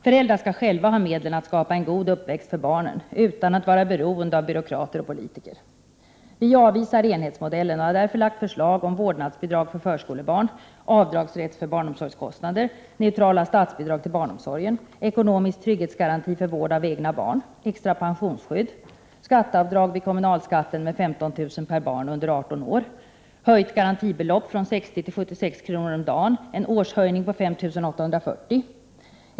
Föräldrar skall själva ha medlen att skapa en god uppväxt för barnen utan att vara beroende av byråkrater och politiker. Vi avvisar enhetsmodellen och har därför lagt fram förslag om vårdnadsbidrag för förskolebarn, rätt till avdrag för barnomsorgskostnader, neutrala statsbidrag till barnomsorg, ekonomisk trygghetsgaranti vid vård av egna barn, extra pensionsskydd, skatteavdrag på kommunalskatten med 15 000 kr. per barn som är under 18 år, höjt garantibelopp från 60 till 76 kr. per dag, en årshöjning på 5 840 kr.